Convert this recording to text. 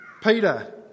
Peter